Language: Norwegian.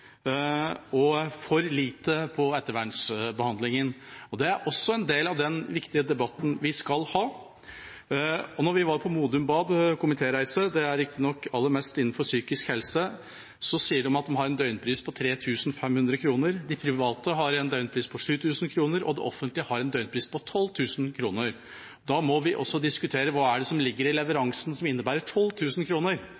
og for lite på ettervernbehandlingen. Det er også en del av den viktige debatten vi skal ha. Vi var på komitéreise på Modum Bad, som riktignok aller mest behandler pasienter innen psykisk helse, og der sa de at de har en døgnpris på 3 500 kr. De private har en døgnpris på 7 000 kr, og det offentlige har en døgnpris på 12 000 kr. Da må vi diskutere hva som ligger i